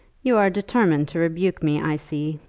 you are determined to rebuke me, i see,